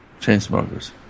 Chainsmokers